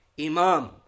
imam